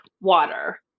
water